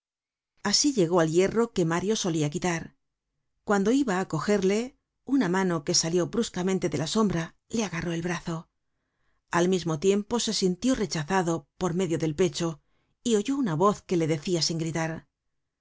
asi llegó al hierro que mario solia quitar cuando iba á cogerle una mano que salió bruscamente de la sombra le agarró el brazo al mismo tiempo se sintió rechazado por medio del pecho y oyó una voz que le decia sin gritar hay